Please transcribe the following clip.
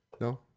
No